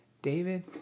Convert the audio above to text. David